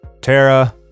Tara